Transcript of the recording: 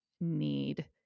need